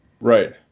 Right